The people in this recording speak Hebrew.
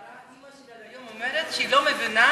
אימא שלי עד היום אומרת שהיא לא מבינה